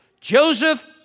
Joseph